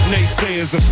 Naysayers